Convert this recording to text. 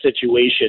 situation